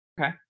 Okay